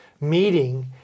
meeting